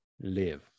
live